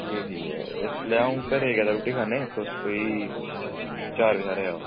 आं ठीक ऐ ठीक ऐ इसलै अं'ऊ घरै गी गेदा रुट्टी खाने गी कोई चार बज्जे हारे आओ